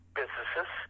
businesses